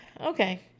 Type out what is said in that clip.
Okay